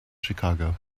chicago